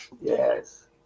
Yes